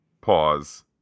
pause